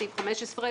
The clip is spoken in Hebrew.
בסעיף 15,